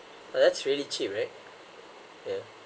uh that's really cheap right yeah